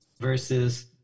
versus